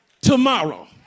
tomorrow